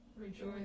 rejoice